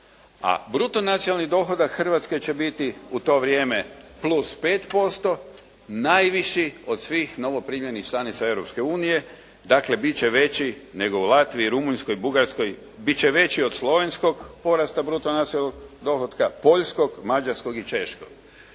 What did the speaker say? a bruto nacionalni dohodak Hrvatske će biti u to vrijeme plus 5%, najviši od svih novoprimljenih članica Europske unije. Dakle biti će veći nego u Latviji, Rumunjskoj, Bugarskoj. Bit će veći od slovenskog porasta bruto nacionalnog dohotka, poljskog, mađarskog i češkog.